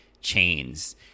chains